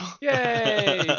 Yay